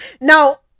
Now